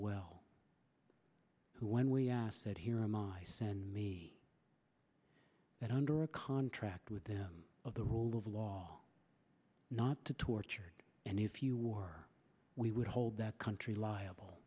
well who when we asked that here in my send me that under a contract with them of the rule of law not to tortured and if you war we would hold that country liable